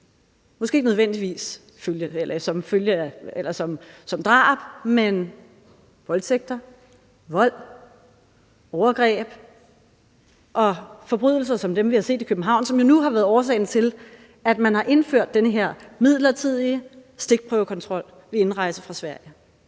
måske ikke nødvendigvis i form af drab, men i form af voldtægter, vold, overgreb og forbrydelser som dem, vi har set i København, som jo nu har været årsagen til, at man har indført den her midlertidige stikprøvekontrol ved indrejse fra Sverige.